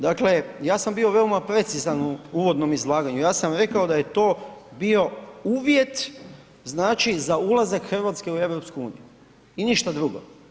Dakle ja sam bio veoma precizan u uvodnom izlaganju, ja sam rekao da je to bio uvjet znači za ulazak Hrvatske u EU i ništa drugo.